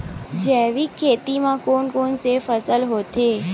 जैविक खेती म कोन कोन से फसल होथे?